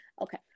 Okay